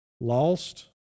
lost